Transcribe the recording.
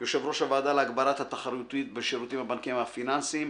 יושב-ראש הוועדה להגברת התחרותיות בשירותים הבנקאים הפיננסיים,